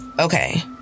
Okay